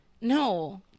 No